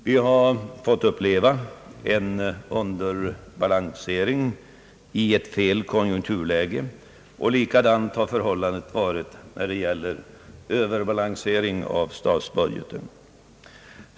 Vi har fått uppleva en underbalansering i fel konjunkturläge, och likadant har förhållandet varit när det gäller överbalansering av statsbudgeten.